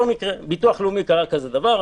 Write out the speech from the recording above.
בביטוח לאומי קרה כזה דבר.